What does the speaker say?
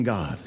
God